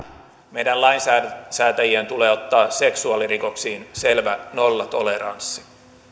meidän lainsäätäjien tulee ottaa seksuaalirikoksiin selvä nollatoleranssi